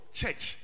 church